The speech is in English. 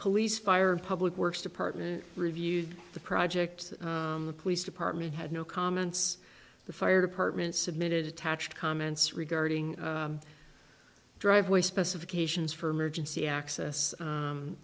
police fire public works department reviewed the project the police department had no comments the fire department submitted attatched comments regarding driveway specifications for emergency access